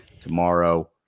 tomorrow